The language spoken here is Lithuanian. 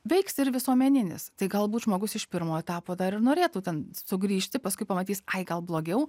veiks ir visuomeninis tai galbūt žmogus iš pirmo etapo dar ir norėtų ten sugrįžti paskui pamatys ai gal blogiau